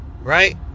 right